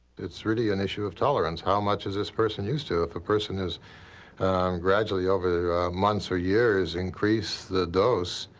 it's really an issue of tolerance, how much is this person used to? if a person has gradually over the months or years increased the dose,